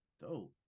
Dope